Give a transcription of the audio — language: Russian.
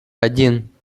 один